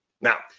now